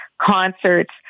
concerts